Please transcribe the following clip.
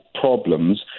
problems